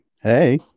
Hey